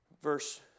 Verse